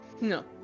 No